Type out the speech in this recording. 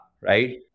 right